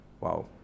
Wow